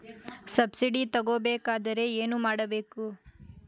Subsidy ತಗೊಬೇಕಾದರೆ ಏನು ಮಾಡಬೇಕು?